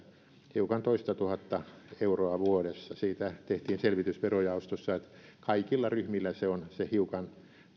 hiukan toistatuhatta euroa vuodessa siitä tehtiin selvitys verojaostossa että kaikilla ryhmillä se on se hiukan